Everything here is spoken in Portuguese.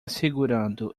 segurando